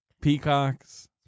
Peacocks